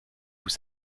vous